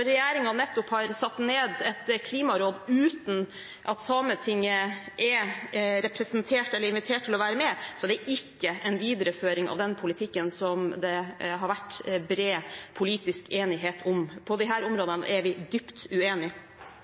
nettopp har satt ned et klimaråd uten at Sametinget er representert eller invitert til å være med, er det ikke en videreføring av den politikken som det har vært bred politisk enighet om. På disse områdene er vi dypt